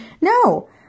No